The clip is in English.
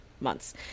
months